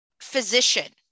physician